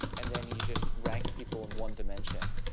and then you just ranked people in one dimension,